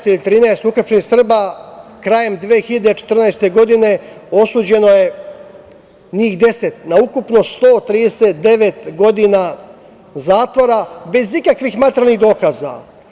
Od njih 12 ili 13 uhapšenih Srba, krajem 2014. godine, osuđeno je njih 10 na ukupno 139 godina zatvora bez ikakvih materijalnih dokaza.